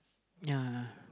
ya